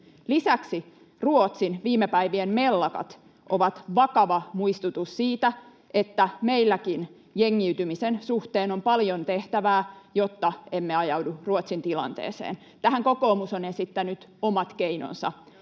Lisäksi Ruotsin viime päivien mellakat ovat vakava muistutus siitä, että meilläkin jengiytymisen suhteen on paljon tehtävää, jotta emme ajaudu Ruotsin tilanteeseen. Tähän kokoomus on esittänyt omat keinonsa.